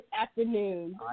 afternoon